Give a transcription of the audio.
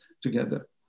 together